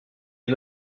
est